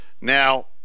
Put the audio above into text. Now